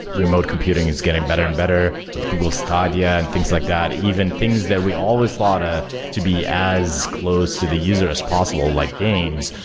remote computing is getting better and better with google stadia and things like that. even things that we always thought ah to be as close to the user as possible, like games,